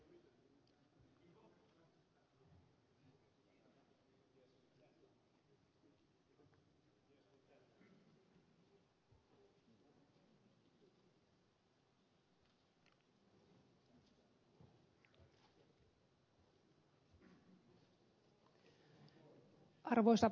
arvoisa puhemies